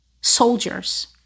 soldiers